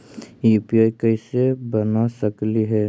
UPI कैसे बना सकली हे?